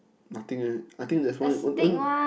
nothing eh I think there is one one